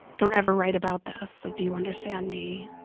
don't ever write about this. like, do you understand me?